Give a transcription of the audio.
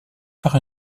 par